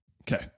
Okay